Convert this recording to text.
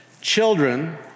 Children